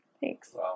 Thanks